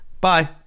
bye